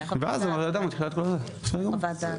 כן, ואז הוועדה מתחילה את כל הזה, בסדר גמור.